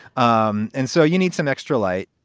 um and so you need some extra light.